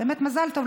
באמת מזל טוב,